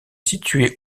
situé